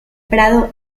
prado